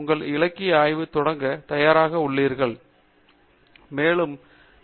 உங்கள் இலக்கிய ஆய்வு தொடங்க தயாராக உள்ளீர்கள் என்று அர்த்தம்